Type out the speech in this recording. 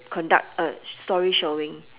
conduct a story showing